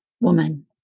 woman